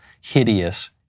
hideous